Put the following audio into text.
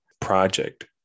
project